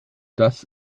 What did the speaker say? das